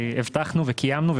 הבטחנו וקיימנו,